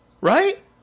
Right